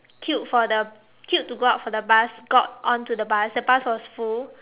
queued for the queued to go up for the bus got onto the bus the bus was full